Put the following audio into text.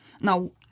Now